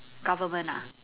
government ah